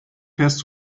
fährst